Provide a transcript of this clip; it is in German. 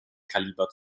kaliber